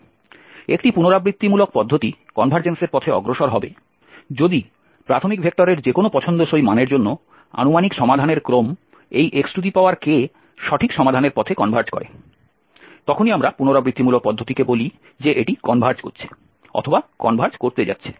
একটি পুনরাবৃত্তিমূলক পদ্ধতি কনভারজেন্সের পথে অগ্রসর হবে যদি প্রাথমিক ভেক্টরের যে কোনো পছন্দসই মানের জন্য আনুমানিক সমাধানের ক্রম এই xk সঠিক সমাধানের পথে কনভার্জ করে তখনই আমরা পুনরাবৃত্তিমূলক পদ্ধতিকে বলি যে এটি কনভার্জ করছে অথবা কনভার্জ করতে যাচ্ছে